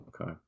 Okay